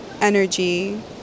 energy